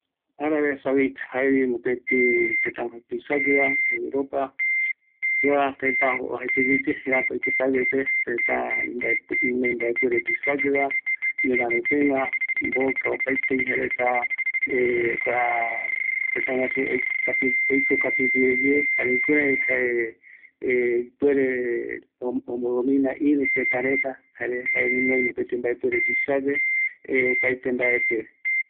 Kua Arabe saudid, kua tëtä guasu jeräküa yeye, opaete mbae pe, imbaepuere, oikokatu, jeta oïme oiko ñorärö rupi, jae oïme gunoi mbaepuere opaete gui, mbokape, jundarope, jare petroleo iya